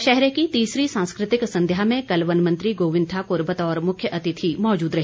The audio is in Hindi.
दशहरे की तीसरी सांस् कृतिक संध्या में कल वन मंत्री गोविंद ठाकुर बतौर मुख्यातिथि मौजूद रहे